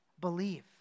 believe